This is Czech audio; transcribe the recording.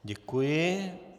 Děkuji.